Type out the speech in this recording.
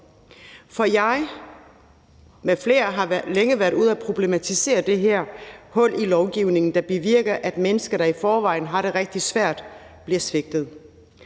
For jeg m.fl. har længe været ude at problematisere det her hul i lovgivningen, der bevirker, at mennesker, der i forvejen har det rigtig svært, bliver svigtet.